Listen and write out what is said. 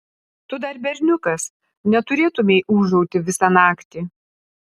tu dar berniukas neturėtumei ūžauti visą naktį